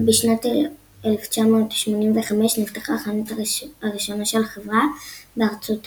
ובשנת 1985 נפתחה החנות הראשונה של החברה בארצות הברית.